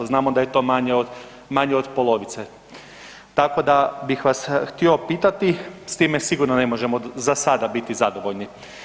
Znamo da je to manje od polovice, tako da bih vas htio pitati, s time sigurno ne možemo, za sada biti zadovoljni.